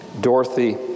Dorothy